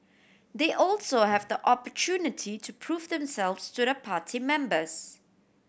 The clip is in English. they also have the opportunity to prove themselves to the party members